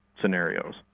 Scenarios